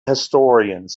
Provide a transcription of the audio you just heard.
historians